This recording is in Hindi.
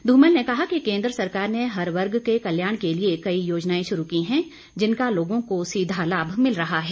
धूमल ने कहा कि केन्द्र सरकार ने हर वर्ग के कल्याण के लिए कई योजनाएं शुरू की हैं जिनका लोगों को सीधा लाम मिल रहा है